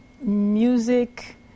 music